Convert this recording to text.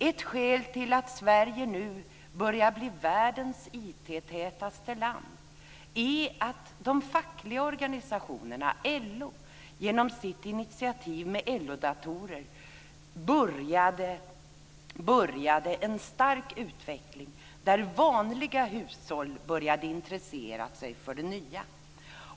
Ett skäl till att Sverige nu börjar bli världens IT-tätaste land är att de fackliga organisationerna - LO - genom sitt initiativ med LO-datorer startade en stark utveckling där vanliga hushåll började intressera sig för det nya.